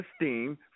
esteem